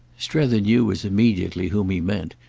strether knew as immediately whom he meant,